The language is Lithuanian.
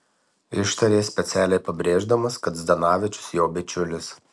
ištarė specialiai pabrėždamas kad zdanavičius jo bičiulis